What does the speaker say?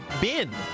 bin